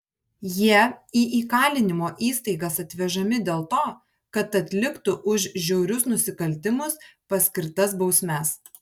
jie į įkalinimo įstaigas atvežami dėl to kad atliktų už žiaurius nusikaltimus paskirtas bausmes